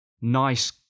nice